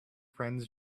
friends